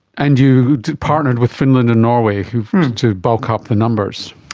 and you partnered with finland and norway to bulk up the numbers.